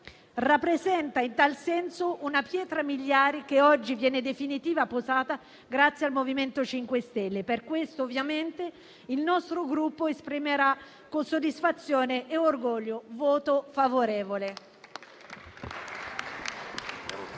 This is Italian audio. rappresenta in tal senso una pietra miliare che oggi viene definitivamente posata grazie al MoVimento 5 Stelle. Per tali ragioni il nostro Gruppo esprimerà con soddisfazione e orgoglio un voto favorevole